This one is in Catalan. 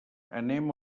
anem